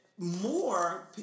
More